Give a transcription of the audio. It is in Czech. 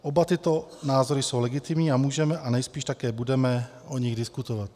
Oba tyto názory jsou legitimní a můžeme a nejspíš také budeme o nich diskutovat.